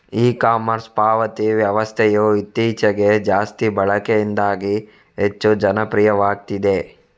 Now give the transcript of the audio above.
E commerce ಪಾವತಿ ವ್ಯವಸ್ಥೆಯು ಇತ್ತೀಚೆಗೆ ಜಾಸ್ತಿ ಬಳಕೆಯಿಂದಾಗಿ ಹೆಚ್ಚು ಜನಪ್ರಿಯವಾಗ್ತಿದೆ